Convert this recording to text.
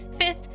Fifth